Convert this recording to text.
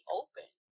open